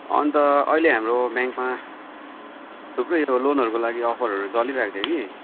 अन्त अहिले हाम्रो ब्याङ्कमा थुप्रै यो लोनहरूको लागि अफरहरू चलिरहेको थियो कि